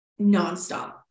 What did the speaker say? nonstop